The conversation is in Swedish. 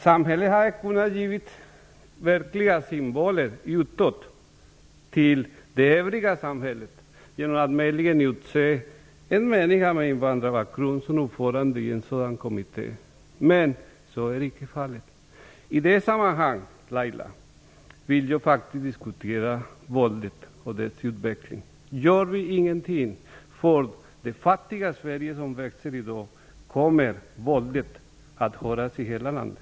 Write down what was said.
Man hade kunnat ge ordentliga signaler till det övriga samhället genom att möjligen utse en människa med invandrarbakgrund som ordförande i en sådan kommitté. Men så är icke fallet. I detta sammanhang, Laila Freivalds, vill jag diskutera våldet och dess utveckling. Gör vi ingenting åt det fattiga Sverige som växer fram i dag kommer våldet att finnas i hela landet.